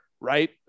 right